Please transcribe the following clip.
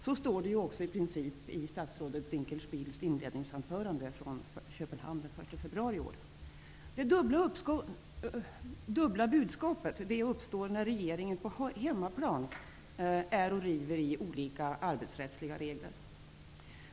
Så står det ju i princip också i statsrådet Dinkelspiels inledningsanförande från Det dubbla budskapet uppstår när regeringen på hemmaplan river i olika arbetsrättsliga regler.